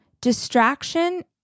Distraction